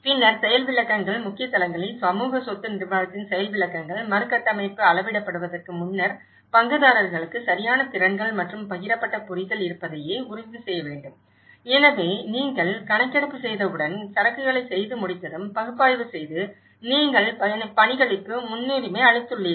பின்னர் செயல் விளக்கங்கள் முக்கிய தளங்களில் சமூக சொத்து நிர்வாகத்தின் செயல் விளக்கங்கள் மறுகட்டமைப்பு அளவிடப்படுவதற்கு முன்னர் பங்குதாரர்களுக்கு சரியான திறன்கள் மற்றும் பகிரப்பட்ட புரிதல் இருப்பதை உறுதிசெய்ய வேண்டும் எனவே நீங்கள் கணக்கெடுப்பு செய்தவுடன் சரக்குகளைச் செய்து முடித்ததும் பகுப்பாய்வு செய்து நீங்கள் பணிகளுக்கு முன்னுரிமை அளித்துள்ளீர்கள்